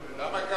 למה,